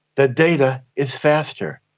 the data is faster.